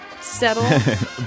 settle